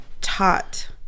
taught